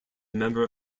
member